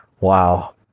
Wow